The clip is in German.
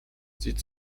sieht